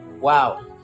wow